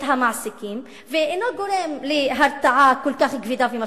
המעסיקים ואינו גורם להרתעה כל כך כבדה ומשמעותית.